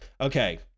Okay